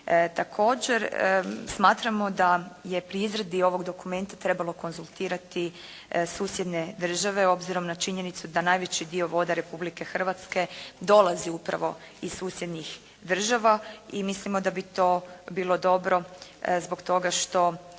Također smatramo da je pri izradi ovog dokumenta trebalo konzultirati susjedne države obzirom na činjenica da najveći broj voda Republike Hrvatske dolazi upravo iz susjednih država i mislimo da bi to bilo dobro zbog toga što